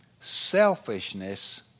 selfishness